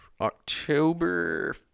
October